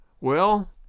Well